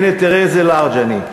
הנה, תראה איזה לארג' אני.